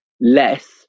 less